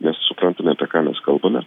mes suprantame apie ką mes kalbame